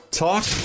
Talk